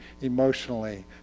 emotionally